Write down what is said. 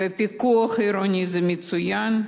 ופיקוח עירוני זה מצוין.